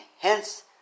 hence